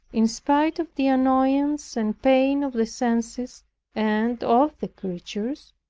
in spite of the annoyance and pain of the senses and of the creatures,